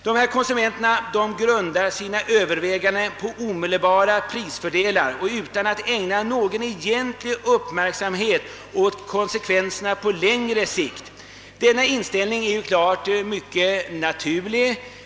Dessa konsumenter grundar sina överväganden på omedelbara prisfördelar och utan att ägna någon egentlig uppmärksamhet åt konsekvenserna på längre sikt. Denna inställning är mycket naturlig.